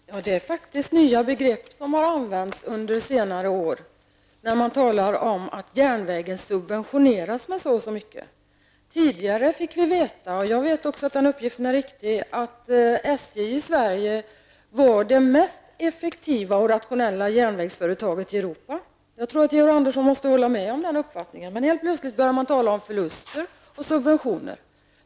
Herr talman! Det är faktiskt nya begrepp som har använts under senare år, när man börjat tala om att järnvägen subventioneras med så och så mycket. Tidigare fick vi veta -- jag vet att den uppgiften är riktig -- att SJ i Sverige var det mest effektiva och rationella järnvägsföretaget i Europa. Jag tror att Georg Andersson måste hålla med om det. Men helt plötsligt började man tala om förluster och subventioner.